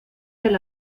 del